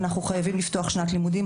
כי אנחנו חייבים לפתוח את שנת הלימודים.